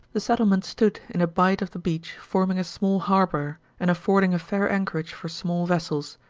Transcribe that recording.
the settlement stood in a bight of the beach forming a small harbor and affording a fair anchorage for small vessels,